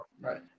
Right